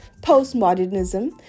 postmodernism